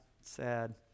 Sad